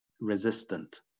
resistant